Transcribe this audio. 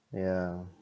yeah